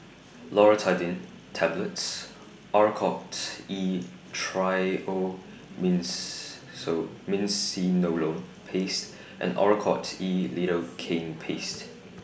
Loratadine Tablets Oracort E Paste and Oracort E Lidocaine Paste